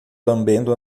lambendo